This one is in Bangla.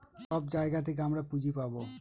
সব জায়গা থেকে আমরা পুঁজি পাবো